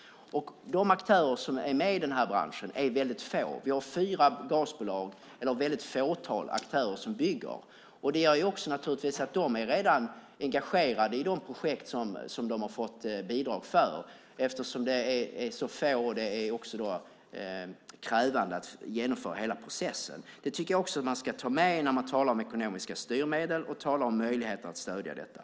De aktörer som är med i den här branschen är väldigt få. Vi har fyra gasbolag men ett fåtal aktörer som bygger. Det gör naturligtvis också att de redan är engagerade i de projekt som de har fått bidrag för, eftersom de är så få och det också är krävande att genomföra hela processen. Det tycker jag att man ska ta med när man talar om ekonomiska styrmedel och när man talar om möjligheten att stödja detta.